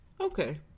Okay